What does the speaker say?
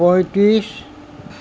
পঁয়ত্ৰিছ